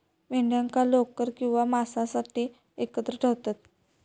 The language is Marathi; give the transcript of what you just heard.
मेंढ्यांका लोकर किंवा मांसासाठी एकत्र ठेवतत